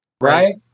right